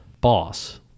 boss